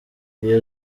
iyo